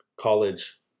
college